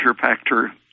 factor